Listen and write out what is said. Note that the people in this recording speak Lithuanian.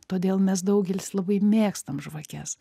todėl mes daugelis labai mėgstam žvakes